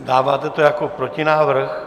Dáváte to jako protinávrh?